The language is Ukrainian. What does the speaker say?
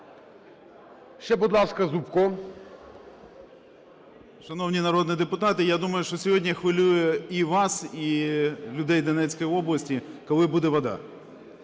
10:39:20 ЗУБКО Г.Г. Шановні народні депутати, я думаю, що сьогодні хвилює і вас, і людей Донецької області, коли буде вода.